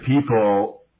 people